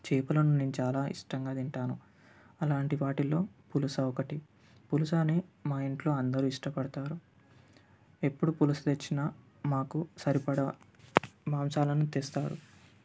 చేపలను నేను చాలా ఇష్టంగా తింటాను అలాంటి వాటిలో పులస ఒకటి పులసని మా ఇంట్లో అందరు ఇష్ట పడతారు ఎప్పుడు పులస తెచ్చినా మాకు సరిపడా మాంసాలను తెస్తారు